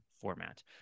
format